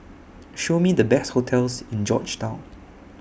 Show Me The Best hotels in Georgetown